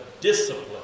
discipline